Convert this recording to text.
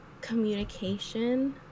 communication